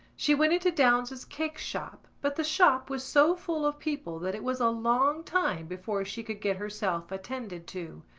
she went into downes's cake-shop but the shop was so full of people that it was a long time before she could get herself attended to.